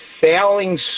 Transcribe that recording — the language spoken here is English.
failing